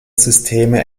systeme